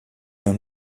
d’un